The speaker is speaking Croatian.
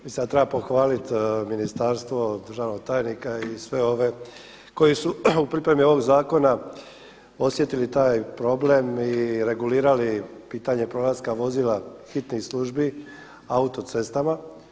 Mislim da treba pohvalit ministarstvo, državnog tajnika i sve ove koji su u pripremi ovog zakona osjetili taj problem i regulirali pitanje prolaska vozila hitnih službi autocestama.